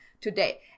today